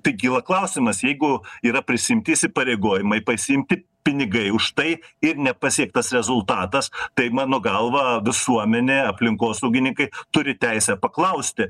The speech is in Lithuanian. tai kyla klausimas jeigu yra prisiimti įsipareigojimai pasiimti pinigai už tai ir nepasiektas rezultatas tai mano galva visuomenė aplinkosaugininkai turi teisę paklausti